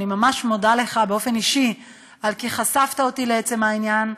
אני ממש מודה לך באופן אישי על שחשפת אותי לעצם העניין,